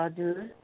हजुर